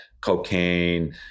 Cocaine